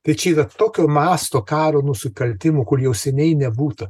tai čia yra tokio masto karo nusikaltimų kur jau seniai nebūta